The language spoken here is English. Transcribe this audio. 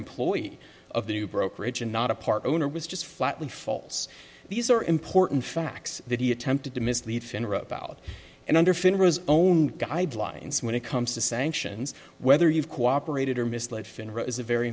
employee of the brokerage and not a part owner was just flatly falls these are important facts that he attempted to mislead finra about and under finra own guidelines when it comes to sanctions whether you've cooperated or misled finra is a very